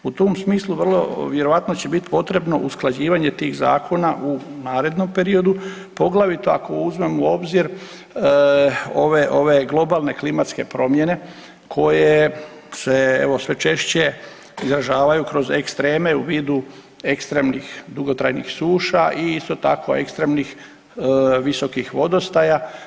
U tom smislu vrlo vjerojatno će biti potrebno usklađivanje tih zakona u narednom periodu poglavito ako uzmemo u obzir ove globalne klimatske promjene koje se evo sve češće izražavaju kroz ekstreme u vidu ekstremnih, dugotrajnih suša i isto tako ekstremnih visokih vodostaja.